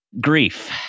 Grief